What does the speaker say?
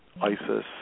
isis